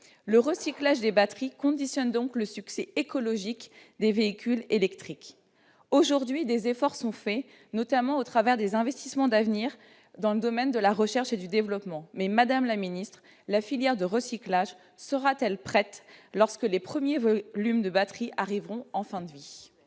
le recyclage des batteries est une condition indispensable au succès écologique des véhicules électriques. Aujourd'hui, des efforts sont faits, en particulier au travers des investissements d'avenir, dans le domaine de la recherche et du développement. Mais la filière du recyclage sera-t-elle prête lorsque les premiers volumes de batteries arriveront en fin de vie ?